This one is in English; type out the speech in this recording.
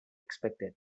expected